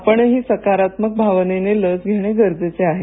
आपणही सकर्तमाक भावनेने लस घेणे गरजेचे आहे